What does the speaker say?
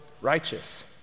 righteous